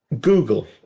Google